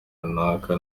runaka